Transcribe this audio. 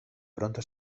pronto